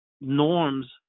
norms